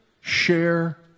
share